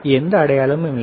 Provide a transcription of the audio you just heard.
எந்த அடையாளமும் இல்லை